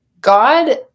God